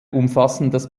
umfassendes